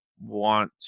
want